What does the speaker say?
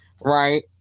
right